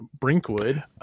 Brinkwood